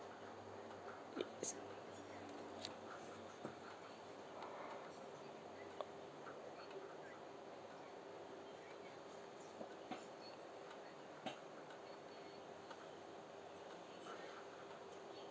yes